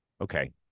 Okay